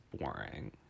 boring